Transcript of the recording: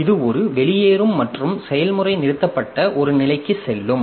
இது ஒரு வெளியேறும் மற்றும் செயல்முறை நிறுத்தப்பட்ட ஒரு நிலைக்கு செல்லும்